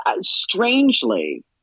strangely